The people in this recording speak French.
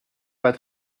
pas